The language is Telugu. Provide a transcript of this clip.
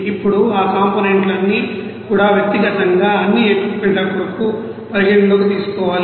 ఇప్పుడు ఆ కాంపోనెంట్ లు అన్నీ కూడా వ్యక్తిగతంగా అన్ని ఎక్విప్ మెంట్ ల కొరకు పరిగణనలోకి తీసుకోవాలి